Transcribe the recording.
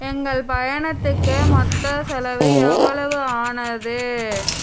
எங்கள் பயணத்துக்கு மொத்த செலவு எவ்வளவு ஆனது